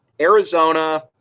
Arizona